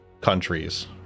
countries